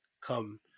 come